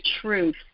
truth